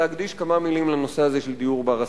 להקדיש כמה מלים לנושא הזה של דיור בר-השגה.